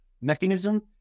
mechanism